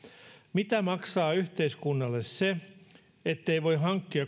mitä maksaa yhteiskunnalle se ettei voi hankkia